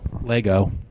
Lego